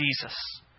Jesus